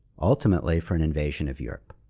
ultimately, for an invasion of europe.